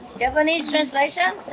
japanese translation?